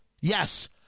Yes